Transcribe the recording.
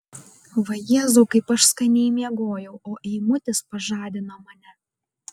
vajezau kaip aš skaniai miegojau o eimutis pažadino mane